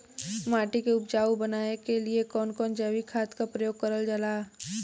माटी के उपजाऊ बनाने के लिए कौन कौन जैविक खाद का प्रयोग करल जाला?